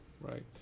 right